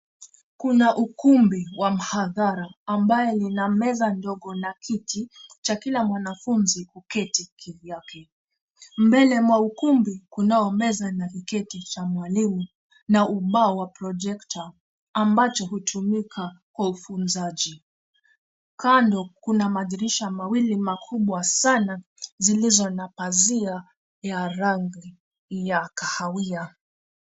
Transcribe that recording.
Kuna ukumbi wa mhadhara ambaye nina meza ndogo na kiti cha kila mwanafunzi kuketi kivyake. Mbele mwa ukumbi kunaomeza na kiketi cha mwalimu na ubao wa projekta ambacho hutumika kwa ufunzaji. Kando kuna madirisha mawili makubwa sana, zilizo na pazia ya rangi ya kahawia.